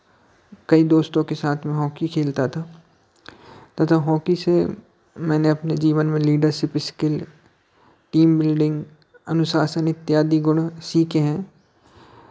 कई दोस्तों के साथ में हॉकी खेलता था तथा हॉकी से मैने अपने जीवन में लीडरशिप स्किल टीम बिल्डिंग अनुशासन इत्यादि गुण सीखे हैं